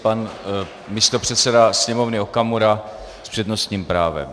Pan místopředseda Sněmovny Okamura s přednostním právem.